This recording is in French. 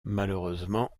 malheureusement